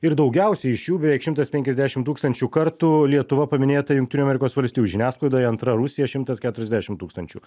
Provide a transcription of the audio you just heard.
ir daugiausiai iš jų beveik šimtas penkiasdešim tūkstančių kartų lietuva paminėta jungtinių amerikos valstijų žiniasklaidoje antra rusija šimtas keturiasdešim tūkstančių